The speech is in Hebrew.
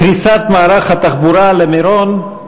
קריסת מערך התחבורה למירון,